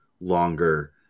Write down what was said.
longer